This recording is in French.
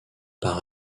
par